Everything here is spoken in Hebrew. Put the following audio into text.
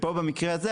במקרה הזה,